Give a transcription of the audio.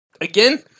Again